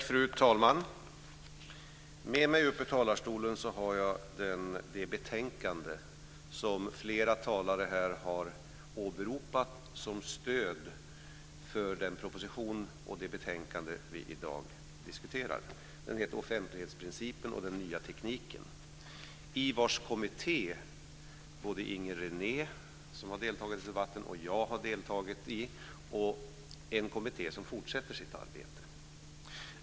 Fru talman! Med mig uppe i talarstolen har jag det betänkande som flera talare har åberopat som stöd för den proposition och det utskottsbetänkande som vi i dag diskuterar. Det heter Offentlighetsprincipen och den nya tekniken. I kommittén som utarbetade detta betänkande har både Inger René, som har deltagit i debatten, och jag deltagit, en kommitté som fortsätter sitt arbete.